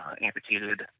amputated